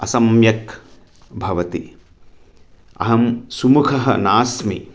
असम्यक् भवति अहं सुमुखः नास्मि